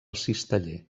cisteller